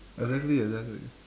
exactly exactly